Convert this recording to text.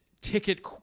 ticket